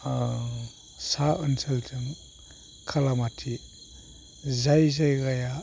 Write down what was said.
सा ओनसोलजों खालामाथि जाय जायगाया